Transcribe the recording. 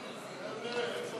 רזרבה כללית,